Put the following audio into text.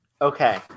okay